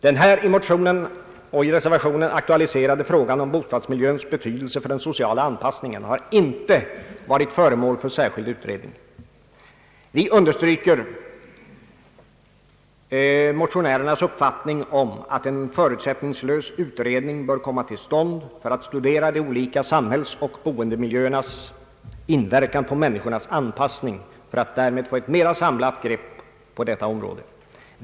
Den i motionerna och i reservationen aktualiserade frågan om bostadsmiljöns betydelse för den sociala anpassningen har dock inte varit föremål för särskild utredning. Vi understryker motionärernas uppfattning att en förutsättningslös utredning bör komma till stånd för att studera de olika samhällsoch boendemiljöernas inverkan på människornas anpassning, så att man får ett mera samlat grepp över detta område.